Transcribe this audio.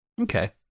okay